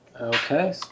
Okay